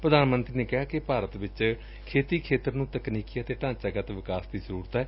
ਪੁਧਾਨ ਮੰਤਰੀ ਨੇ ਕਿਹਾ ਕਿ ਭਾਰਤ ਵਿਚ ਖੇਤੀਂ ਖੇਤਰ ਨੂੰ ਤਕਨੀਕੀ ਅਤੇ ਢਾਂਚਾਗਤ ਵਿਕਾਸ ਦੀ ਜ਼ਰੁਰਤ ਏ